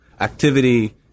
Activity